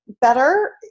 Better